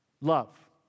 Love